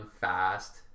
fast